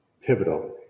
pivotal